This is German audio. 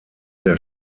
der